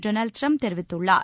Donald ட்ரம்ப்தெரிவித்துள்ளார்